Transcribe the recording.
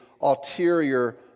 ulterior